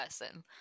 person